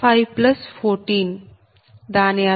514 దాని అర్థం1 14